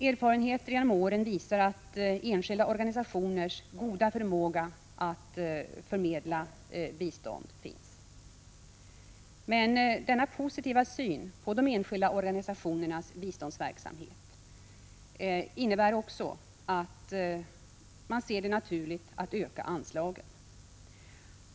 Erfarenheter genom åren visar enskilda organisationers goda förmåga att förmedla bistånd. Denna positiva syn på enskilda organisationers biståndsverksamhet innebär att det är naturligt att öka anslagen.